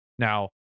Now